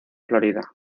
florida